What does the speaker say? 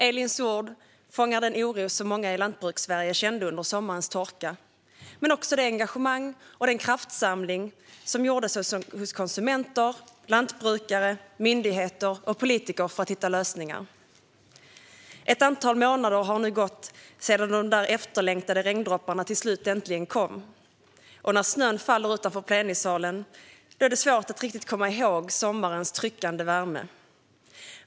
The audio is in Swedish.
Elins ord fångar den oro som många i Lantbrukssverige kände under sommarens torka men också det engagemang som fanns och den kraftsamling som gjordes hos konsumenter, lantbrukare, myndigheter och politiker för att hitta lösningar. Ett antal månader har nu gått sedan de efterlängtade regndropparna äntligen kom, och när snön faller utanför plenisalen är det svårt att riktigt komma ihåg sommarens tryckande värme.